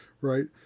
right